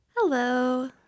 Hello